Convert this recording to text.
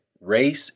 Race